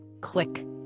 click